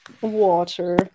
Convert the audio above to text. water